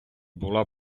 була